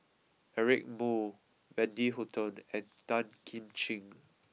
Eric Moo Wendy Hutton and Tan Kim Ching